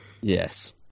Yes